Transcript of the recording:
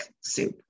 soup